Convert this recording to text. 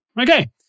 okay